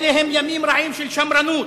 אלה הם ימים רעים של שמרנות,